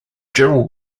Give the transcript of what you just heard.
gerard